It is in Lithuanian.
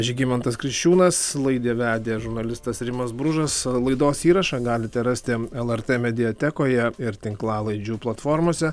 žygimantas kriščiūnas laidą vedė žurnalistas rimas bružas laidos įrašą galite rasti lrt mediatekoje ir tinklalaidžių platformose